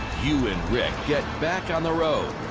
hugh and rick get back on the road.